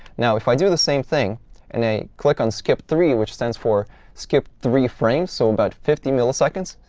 now, if i do the same thing and i click on skip three, which stands for skip three frames, so about fifty milliseconds,